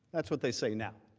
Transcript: that's what they say now.